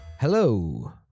Hello